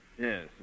Yes